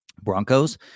broncos